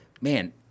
man